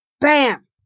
Bam